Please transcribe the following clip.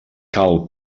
cal